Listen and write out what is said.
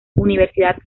universidad